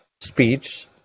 speech